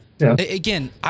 again